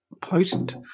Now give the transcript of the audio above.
potent